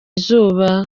izuba